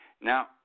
Now